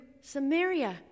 Samaria